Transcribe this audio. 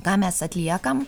ką mes atliekam